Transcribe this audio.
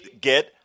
get